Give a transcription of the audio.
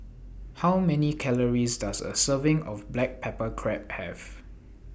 How Many Calories Does A Serving of Black Pepper Crab Have